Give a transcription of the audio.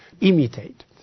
imitate